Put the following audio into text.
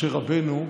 משה רבנו,